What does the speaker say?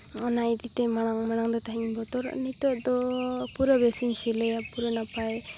ᱚᱱᱟ ᱤᱫᱤ ᱛᱮ ᱢᱟᱲᱟᱝ ᱢᱟᱲᱟᱝ ᱫᱚ ᱛᱟᱦᱮᱡ ᱵᱚᱛᱚᱨᱚᱜ ᱱᱤᱛᱚᱜ ᱫᱚ ᱯᱩᱨᱟᱹ ᱵᱮᱥᱮᱧ ᱥᱤᱞᱟᱹᱭᱟ ᱯᱩᱨᱟᱹ ᱱᱟᱯᱟᱭ